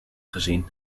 gezien